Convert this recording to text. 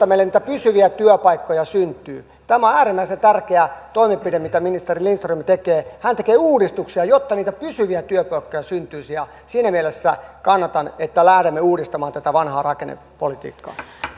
meille niitä pysyviä työpaikkoja syntyy tämä on äärimmäisen tärkeä toimenpide mitä ministeri lindström tekee hän tekee uudistuksia jotta niitä pysyviä työpaikkoja syntyisi ja siinä mielessä kannatan että lähdemme uudistamaan tätä vanhaa rakennepolitiikkaa